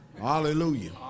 Hallelujah